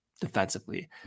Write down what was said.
defensively